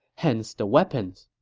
hence the weapons.